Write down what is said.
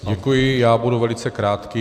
Děkuji, já budu velice krátký.